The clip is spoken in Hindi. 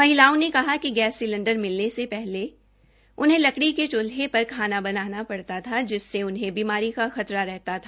महिलाओं ने कहा कि गैस सिलंडर मिलने से पहले उन्हें लकड़ी के चूल्हे पर खाना बनाना पड़ता था जिससे उन्हें बीमारी का खतरा था